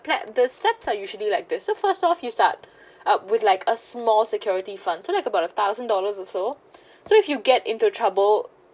plat~ the steps are usually like this so first off you start up with like a small security fund so like about a thousand dollars also so if you get into trouble